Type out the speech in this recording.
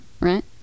right